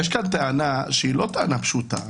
יש כאן טענה שהיא לא טענה פשוטה.